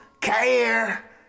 care